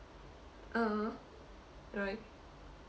(uh huh) right